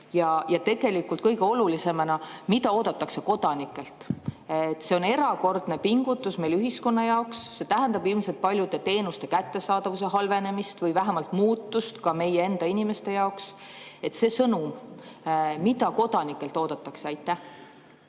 Ja tegelikult kõige olulisem: mida oodatakse kodanikelt? See on erakordne pingutus meie ühiskonna jaoks. See tähendab ilmselt paljude teenuste kättesaadavuse halvenemist või vähemalt muutust ka meie enda inimeste jaoks. See sõnum – mida kodanikelt oodatakse? Head